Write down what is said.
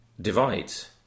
divides